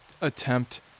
attempt